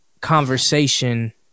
conversation